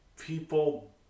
People